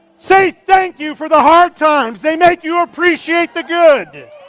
say thank you for the hard times, they make you appreciate the good.